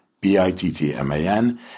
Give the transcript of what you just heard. B-I-T-T-M-A-N